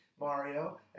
Mario